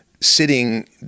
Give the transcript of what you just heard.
sitting